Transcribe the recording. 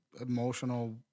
Emotional